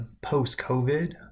post-covid